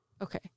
Okay